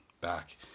back